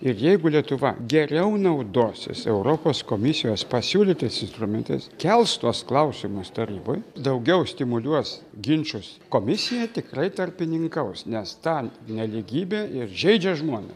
ir jeigu lietuva geriau naudosis europos komisijos pasiūlytais instrumentais kels tuos klausimus taryboj daugiau stimuliuos ginčus komisija tikrai tarpininkaus nes ta nelygybė ir žeidžia žmone